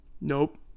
Nope